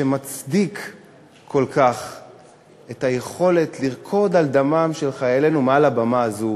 שמצדיק כל כך את היכולת לרקוד על דמם של חיילינו מעל במה זו,